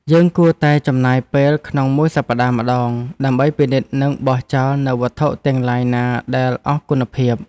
យើងគួរតែចំណាយពេលក្នុងមួយសប្តាហ៍ម្តងដើម្បីពិនិត្យនិងបោះចោលនូវវត្ថុទាំងឡាយណាដែលអស់គុណភាព។